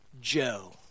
Joe